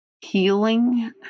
healing